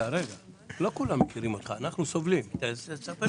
אני בתת איוש בכל